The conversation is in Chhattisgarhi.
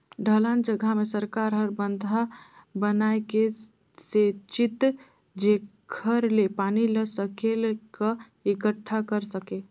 ढलान जघा मे सरकार हर बंधा बनाए के सेचित जेखर ले पानी ल सकेल क एकटठा कर सके